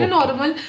normal